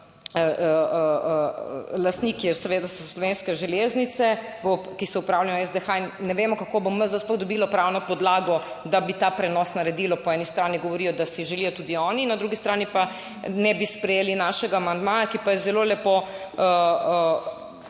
lastnik seveda so Slovenske železnice, ki se upravlja SDH in ne vemo kako bo MZ sploh dobilo pravno podlago, da bi ta prenos naredilo. Po eni strani govorijo, da si želijo tudi oni, na drugi strani pa ne bi sprejeli našega amandmaja, ki pa je zelo lepo